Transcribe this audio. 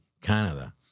Canada